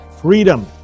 freedom